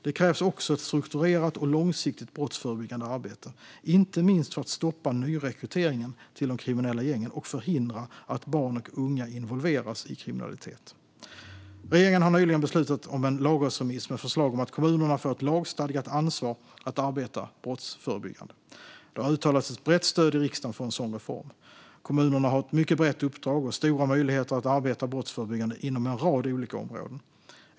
Det krävs också ett strukturerat och långsiktigt brottsförebyggande arbete, inte minst för att stoppa nyrekryteringen till de kriminella gängen och förhindra att barn och unga involveras i kriminalitet. Regeringen har nyligen beslutat om en lagrådsremiss med förslag om att kommunerna får ett lagstadgat ansvar att arbeta brottsförebyggande. Det har uttalats ett brett stöd i riksdagen för en sådan reform. Kommunerna har ett mycket brett uppdrag och stora möjligheter att arbeta brottsförebyggande inom en rad olika områden.